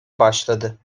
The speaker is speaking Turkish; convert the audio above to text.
başladı